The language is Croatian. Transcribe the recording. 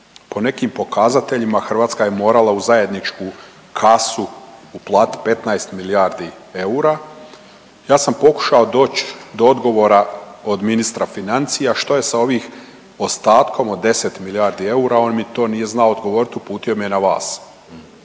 po nekim pokazateljima Hrvatska je morala u zajedničku kasu uplatit 15 milijardi eura. Ja sam pokušao doć do odgovora od ministra financija što je sa ovih ostatkom od 10 milijardi eura, on mi to nije znao odgovorit, uputio me na vas,